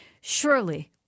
surely